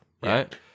right